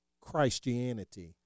Christianity